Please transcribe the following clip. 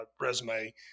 resume